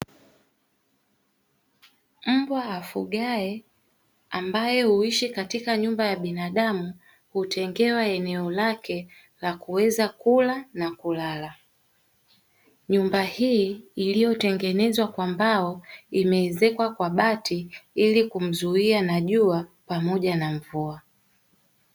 Mbwa afugwae ambaye huishi katika nyumba ya binadamu hutengewa eneo lake la kuweza kula na kulala, nyumba hii iliyotengenezwa kwa mbao imeezekwa kwa bati ili kumzuia najua pamoja na mvua.